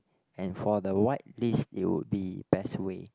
and for the white list it would be best way